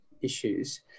issues